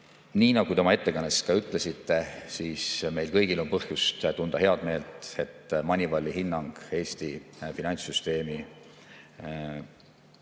nagu te oma ettekandes ka ütlesite, siis meil kõigil on põhjust tunda heameelt, et Moneyvali hinnang Eesti finantssüsteemi